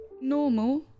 normal